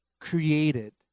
created